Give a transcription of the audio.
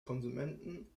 konsumenten